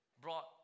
brought